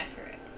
accurate